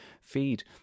feed